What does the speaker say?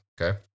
Okay